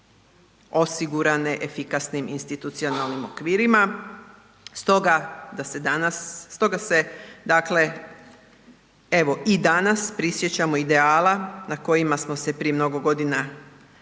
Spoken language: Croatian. osigurane efikasnim institucionalnim okvirima, stoga da se danas, stoga se, dakle evo i danas prisjećamo ideala na kojima smo se prije mnogo godina,